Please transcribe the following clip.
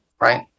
right